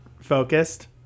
focused